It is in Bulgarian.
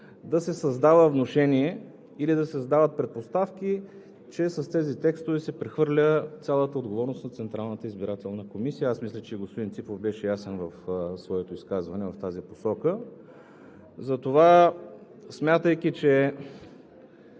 да се създава внушение или да се създават предпоставки, че с тези текстове се прехвърля цялата отговорност на Централната избирателна комисия. Аз мисля, че господин Ципов беше ясен в своето изказване в тази посока. Затова, смятайки, че